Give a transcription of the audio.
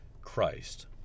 Christ